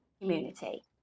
community